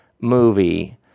movie